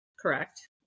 correct